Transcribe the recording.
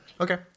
Okay